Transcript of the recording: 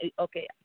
okay